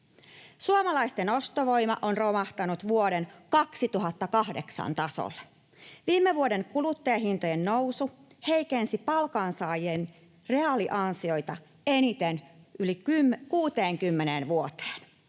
Suomalaisten ostovoima on romahtanut vuoden 2008 tasolle. Viime vuoden kuluttajahintojen nousu heikensi palkansaajien reaaliansioita eniten yli 60 vuoteen.